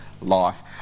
life